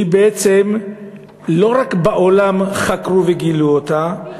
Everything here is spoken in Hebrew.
שלא רק בעולם חקרו וגילו אותה,